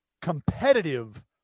competitive